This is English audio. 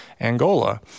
Angola